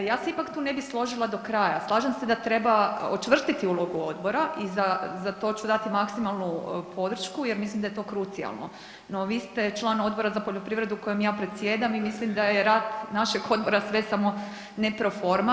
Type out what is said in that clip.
Ja se ipak tu ne bi složila do kraja, slažem se da treba očvrstiti ulogu odbora i za to ću dati maksimalnu podršku jer mislim da je to krucijalno, no vi ste član Odbora za poljoprivredu kojim ja predsjedam i mislim da je rad našeg odbora sve samo ne pro forma.